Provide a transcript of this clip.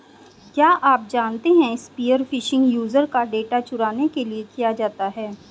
क्या आप जानते है स्पीयर फिशिंग यूजर का डेटा चुराने के लिए किया जाता है?